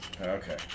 Okay